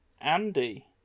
Andy